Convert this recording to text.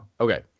okay